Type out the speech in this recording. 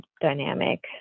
dynamic